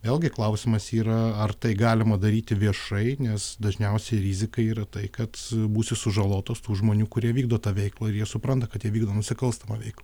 vėlgi klausimas yra ar tai galima daryti viešai nes dažniausiai rizika yra tai kad būsiu sužalotas tų žmonių kurie vykdo tą veiklą ir jie supranta kad jie vykdo nusikalstamą veiką